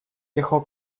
ехал